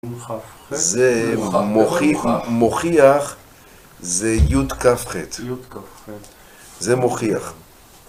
זה מוכיח זה י' כ' ח', זה מוכיח